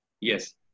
yes